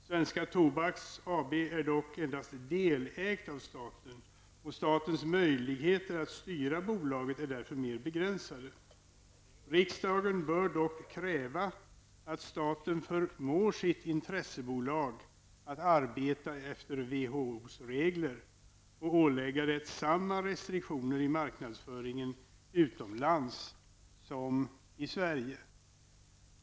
Svenska Tobaks AB är dock endast delägt av staten, och statens möjligheter att styra bolaget är därför mer begränsade. Riksdagen bör dock kräva att staten förmår sitt intressebolag att arbeta efter WHOs regler och ålägga det samma restriktioner i marknadsföringen utomlands som i Sverige.